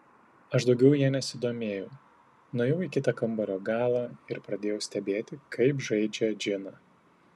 aš daugiau ja nesidomėjau nuėjau į kitą kambario galą ir pradėjau stebėti kaip žaidžia džiną